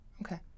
Okay